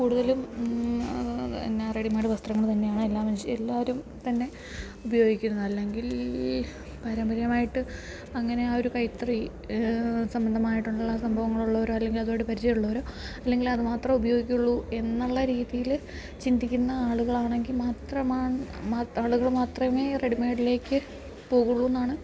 കൂടുതലും എന്നാൽ റെഡിമേയ്ഡ് വസ്ത്രങ്ങൾ തന്നെയാണ് എല്ലാ മനുഷ്യർ എല്ലാവരും തന്നെ ഉപയോഗിക്കുന്നത് അല്ലെങ്കിൽ പാരമ്പര്യമായിട്ട് അങ്ങനെ ആ ഒരു കൈത്തറി സംബന്ധമായിട്ടുള്ള സംഭവങ്ങൾ ഉള്ളവരോ അല്ലെങ്കിൽ അതുമായിട്ട് പരിചയമുള്ളവരോ അല്ലെങ്കിൽ അത് മാത്രം ഉപയോഗിക്കുകയുള്ളൂ എന്നുള്ള രീതിയിൽ ചിന്തിക്കുന്ന ആളുകൾ ആണെങ്കിൽ ആളുകൾ മാത്രമേ റെഡിമേയ്ഡിലേക്ക് പോകുള്ളൂ എന്നാണ്